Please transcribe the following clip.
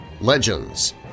legends